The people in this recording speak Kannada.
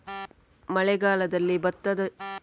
ಮಳೆಗಾಲದಲ್ಲಿ ಭತ್ತದ ಜೊತೆ ಯಾವೆಲ್ಲಾ ತರಕಾರಿಗಳನ್ನು ಬೆಳೆಯಬಹುದು?